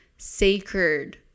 sacred